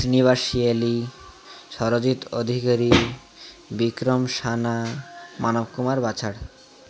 ଶନିବା ସିଏଲି ସରୋଜିତ ଅଧିକରି ବିକ୍ରମ ସାନା ମାନବ କୁମାର ବାଛାଡ଼